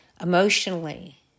emotionally